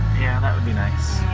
yeah, that would be nice.